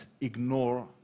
ignore